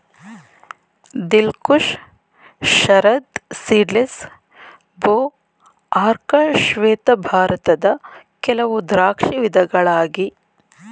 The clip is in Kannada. ದಿಲ್ ಖುಷ್, ಶರದ್ ಸೀಡ್ಲೆಸ್, ಭೋ, ಅರ್ಕ ಶ್ವೇತ ಭಾರತದ ಕೆಲವು ದ್ರಾಕ್ಷಿ ವಿಧಗಳಾಗಿ